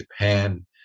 Japan